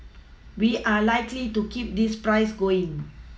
we are likely to keep this price going